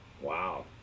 Wow